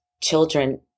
children